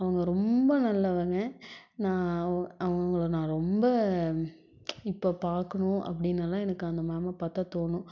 அவங்க ரொம்ப நல்லவங்க நான் அவங்கள ரொம்ப இப்போ பார்க்குணும் அப்படின் எல்லாம் எனக்கு அந்த மேமை பார்த்தா தோணும்